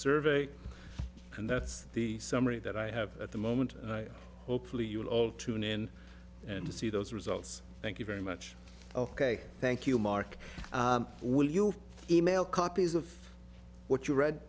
survey and that's the summary that i have at the moment and i hopefully you'll of tune in and to see those results thank you very much ok thank you mark will you e mail copies of what you read